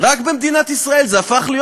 רק במדינת ישראל זה הפך להיות